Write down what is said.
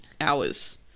hours